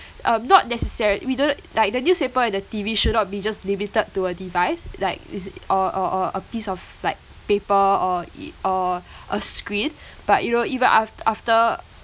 um not necessari~ we don't like the newspaper and the T_V should not be just limited to a device like is~ or or or a piece of like paper or e~ or a screen but you know even af~ after